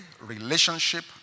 relationship